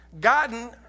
gotten